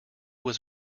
was